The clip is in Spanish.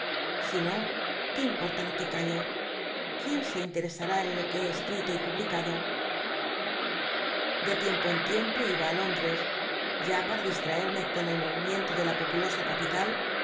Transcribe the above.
sino qué importa lo que eallo quién se inletcsat i en lo que he escrito y publicado de tiem po en tiempo iba ti londre ya pa nt disltacrmc con el mo'imiento de la populosa capital